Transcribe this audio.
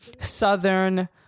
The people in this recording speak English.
Southern